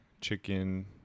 chicken